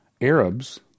Arabs